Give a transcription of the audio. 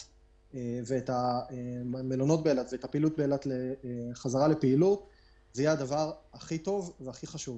את המלונות ואת הפעילות באילת לפעילות זה יהיה הדבר הכי טוב והכי חשוב,